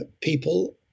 people